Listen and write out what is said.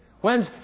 When's